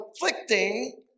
conflicting